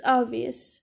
obvious